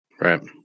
Right